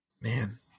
man